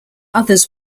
others